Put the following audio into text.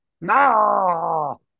No